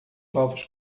novos